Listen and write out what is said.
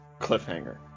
Cliffhanger